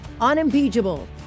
unimpeachable